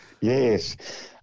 Yes